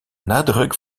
nadruk